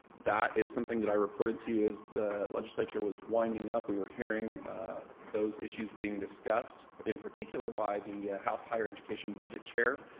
that is something that i reported to you the legislature was winding up we were hearing those issues being discussed, in particular by the house higher education budget chair.